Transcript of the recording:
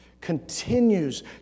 continues